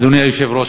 אדוני היושב-ראש,